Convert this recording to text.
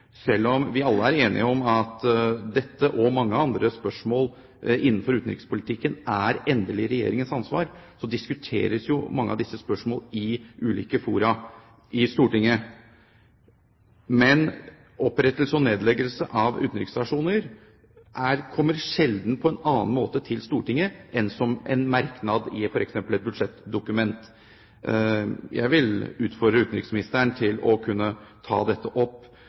Selv om vi alle er enige om at dette og mange andre spørsmål innenfor utenrikspolitikken er Regjeringens endelige ansvar, så diskuteres jo mange av disse spørsmålene i ulike fora i Stortinget. Men opprettelse og nedleggelse av utenriksstasjoner kommer sjelden til Stortinget på annen måte enn som en merknad i f.eks. et budsjettdokument. Jeg vil utfordre utenriksministeren til å ta dette opp